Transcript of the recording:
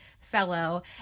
fellow